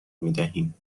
میدهیم